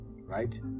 right